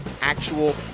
actual